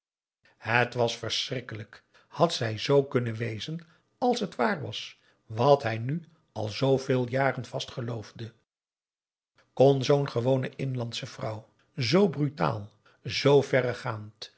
het was verschrikkelijk had zij z kunnen wezen als het waar was wat hij nu al zooveel jaren vast geloofde kon zoo'n gewone inlandsche vrouw z brutaal